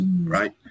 right